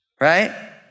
right